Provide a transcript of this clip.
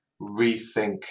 rethink